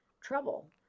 trouble